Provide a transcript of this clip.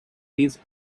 these